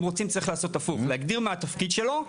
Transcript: אם רוצים צריך לעשות הפוך להגדיר מה התפקיד שלו,